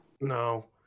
No